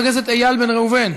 חבר הכנסת איל בן ראובן.